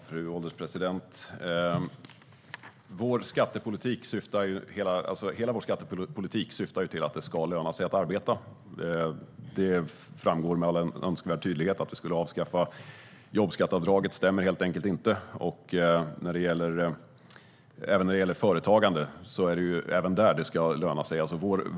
Fru ålderspresident! Hela vår skattepolitik syftar till att det ska löna sig att arbeta, vilket framgår med all önskvärd tydlighet. Att vi skulle avskaffa jobbskatteavdraget stämmer helt enkelt inte. Även när det gäller företagande ska det löna sig.